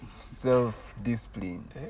self-discipline